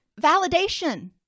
Validation